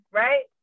right